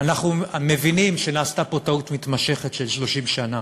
אנחנו מבינים שנעשתה פה טעות מתמשכת של 30 שנה,